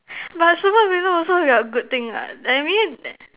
but super villain also got good things what I mean